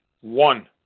one